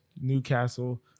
Newcastle